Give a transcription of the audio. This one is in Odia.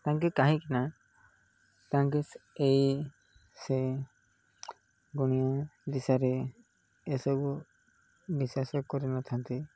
ତାଙ୍କେ କାହିଁକିନା ତାଙ୍କେ ଏଇ ସେ ଗୁଣିଆ ଦିଶାରି ଏସବୁ ବିଶ୍ୱାସ କରିନଥାନ୍ତି